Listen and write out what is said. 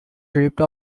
ripped